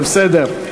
זה בסדר.